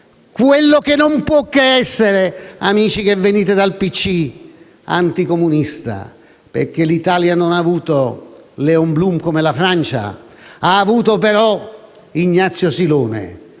Quello non può che essere, amici che venite dal PC, anticomunista perché l'Italia non ha avuto Léon Blum, come la Francia, ma ha avuto Ignazio Silone